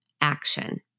action